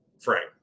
frank